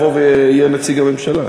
אולי יבוא ויהיה נציג הממשלה?